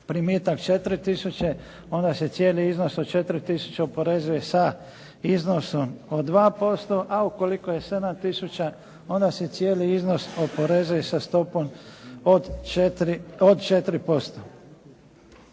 primitak 4 tisuće onda se cijeli iznos od 4 tisuće oporezuje sa iznosom od 2% a ukoliko je 7 tisuća onda se cijeli iznos oporezuje sa stopom od 4%.